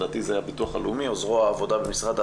לדעתי זה הביטוח הלאומי או זרוע העבודה במשרד העבודה.